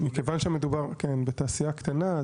בגלל שמדובר בתעשייה קטנה,